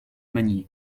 magny